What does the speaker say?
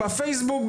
בפייסבוק,